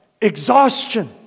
Exhaustion